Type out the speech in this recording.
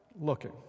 looking